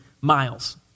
miles